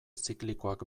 ziklikoak